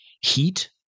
Heat